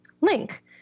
link